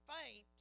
faint